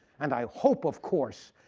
and i hope, of course,